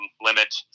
limit